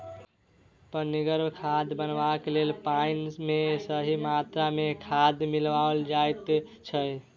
पनिगर खाद बनयबाक लेल पाइन मे सही मात्रा मे खाद मिलाओल जाइत छै